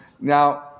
Now